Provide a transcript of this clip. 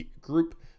group